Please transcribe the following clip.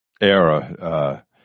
era